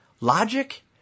Logic